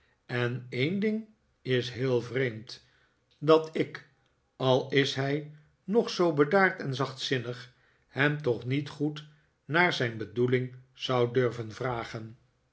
en een ding is heel vreemd dat ik al is hij nog zoo bedaard en zachtzinnig hem toch niet goed naar zijn bedoeling zou durven vragen